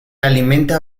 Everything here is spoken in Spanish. alimenta